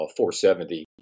470